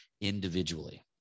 individually